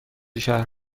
شهر